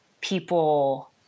people